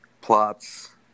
plots